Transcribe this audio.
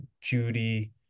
Judy